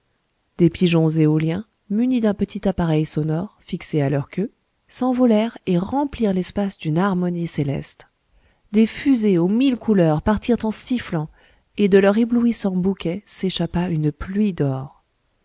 des pigeons éoliens munis d'un petit appareil sonore fixé à leur queue s'envolèrent et remplirent l'espace d'une harmonie céleste des fusées aux mille couleurs partirent en sifflant et de leur éblouissant bouquet s'échappa une pluie d'or